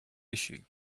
issue